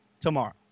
tomorrow